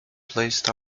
placed